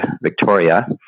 Victoria